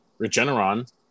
Regeneron